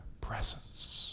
presence